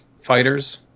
Fighters